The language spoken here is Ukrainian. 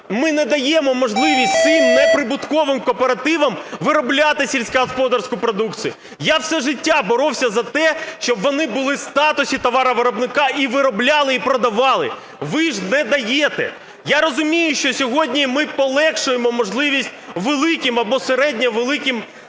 ми не даємо можливість цим неприбутковим кооперативам виробляти сільськогосподарську продукцію. Я все життя боровся за те, щоб вони були в статусі товаровиробника, і виробляли, і продавали. Ви ж не даєте. Я розумію, що сьогодні ми полегшуємо можливість великим або середньо-великим